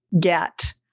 get